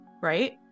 right